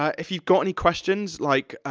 um if you've got any questions, like,